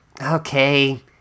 Okay